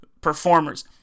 performers